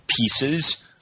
pieces